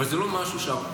אבל זה לא משהו שם,